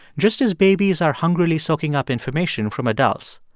just as babies are hungrily soaking up information from adults.